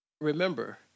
Remember